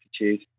attitude